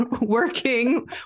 working